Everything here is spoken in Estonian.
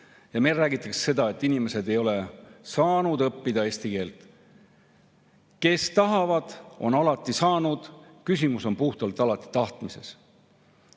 ja meil räägitakse seda, et inimesed ei ole saanud õppida eesti keelt. Kes tahavad, on alati saanud, küsimus on alati puhtalt tahtmises.